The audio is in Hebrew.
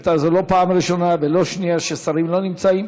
וזו לא פעם ראשונה ולא שנייה ששרים לא נמצאים.